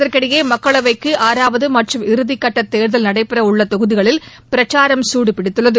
இதற்கிடையே மக்களவைக்கு ஆறாவது மற்றும் இறுதி கட்ட தேர்தல் நடைபெறவுள்ள தொகுதிகளில் பிரச்சாரம் சூடுபிடித்துள்ளது